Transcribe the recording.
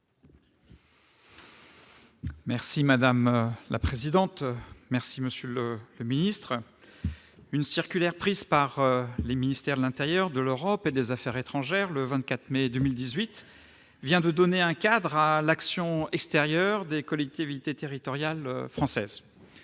Madame la présidente, monsieur le ministre, mes chers collègues, une circulaire prise par les ministères de l'intérieur et de l'Europe et des affaires étrangères, le 24 mai 2018, vient de donner un cadre à l'action extérieure des collectivités territoriales françaises.